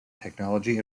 technology